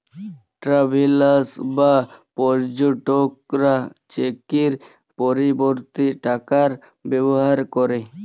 travellers বা পর্যটকরা চেকের পরিবর্তে টাকার ব্যবহার করে